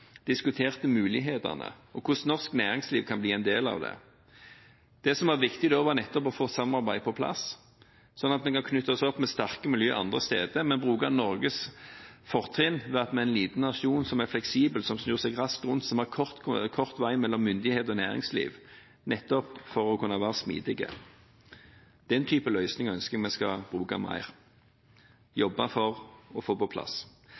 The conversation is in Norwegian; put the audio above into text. diskuterte mulighetene og hvordan norsk næringsliv kan bli en del av det. Det som var viktig da, var nettopp å få samarbeidet på plass, slik at vi kan knytte oss opp mot sterke miljø andre steder ved bruk av Norges fortrinn, at vi er en liten nasjon som er fleksibel, som kan snu seg raskt rundt, som har kort vei mellom myndighet og næringsliv, nettopp for å kunne være smidige. Den type løsninger ønsker vi å bruke mer og jobbe for å få på plass.